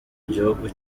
gihugu